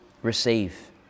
Receive